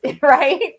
Right